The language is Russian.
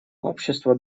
общества